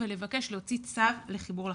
ולבקש להוציא צו לחיבור לחשמל.